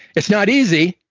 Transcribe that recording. it's not easy.